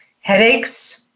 headaches